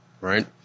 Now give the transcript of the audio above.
right